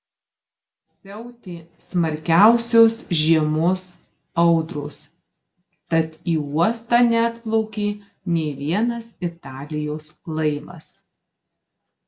siautė smarkiausios žiemos audros tad į uostą neatplaukė nė vienas italijos laivas